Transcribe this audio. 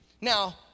Now